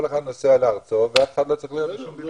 כל אחד נוסע לארצו ואף אחד לא צריך להיות בבידוד.